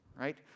right